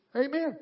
Amen